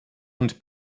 und